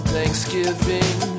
Thanksgiving